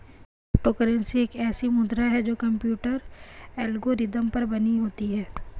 crypto currency एक ऐसी मुद्रा है जो कंप्यूटर एल्गोरिदम पर बनी होती है